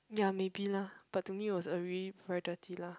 ya maybe lah but to me it was a really very dirty lah